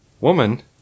woman